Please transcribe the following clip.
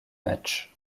matchs